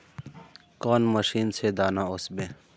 कौन मशीन से दाना ओसबे?